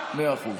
מאה אחוז.